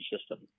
system